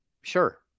sure